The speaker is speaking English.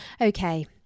Okay